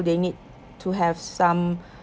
they need to have some